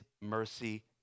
mercy